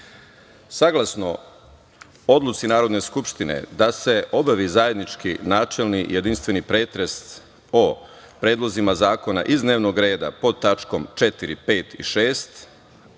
registre. Saglasno odluci Narodne skupštine da se obavi zajednički načelni jedinstveni pretres o predlozima zakona iz dnevnog reda, pod tačkom 4, 5. i 6,